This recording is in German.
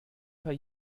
paar